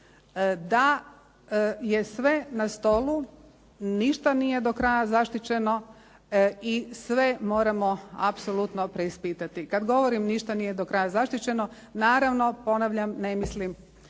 da je sve na stolu, ništa nije do kraja zaštićeno i sve moramo apsolutno preispitati. Kad govorim ništa nije do kraja zaštićeno, naravno ponavljam ne mislim